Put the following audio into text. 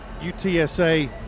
UTSA